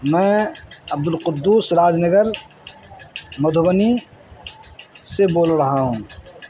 میں عبدالقدوس راز نگر مدھوبنی سے بول رہا ہوں